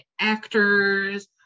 actors